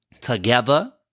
together